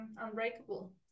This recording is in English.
unbreakable